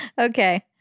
Okay